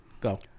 Go